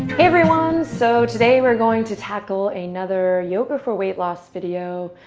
everyone, so today we're going to tackle another yoga for weight loss video.